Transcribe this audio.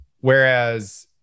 whereas